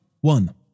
one